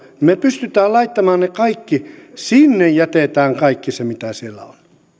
me pystymme laittamaan ne kaikki sinne jätetään kaikki se mitä siellä on